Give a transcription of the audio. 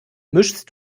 mischst